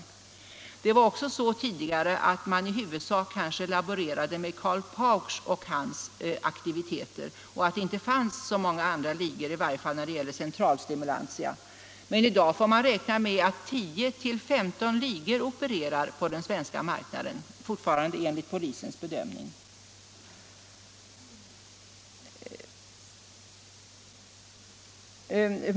Tidigare var det på det sättet att man i huvudsak arbetade med Karl Pauksch och hans liga, och då fanns det inte så många andra ligor, i varje fall inte när det gäller centralstimulantia. Men i dag får vi räkna med att tio, femton ligor opererar på den svenska marknaden, fortfarande enligt polisens bedömning.